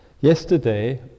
Yesterday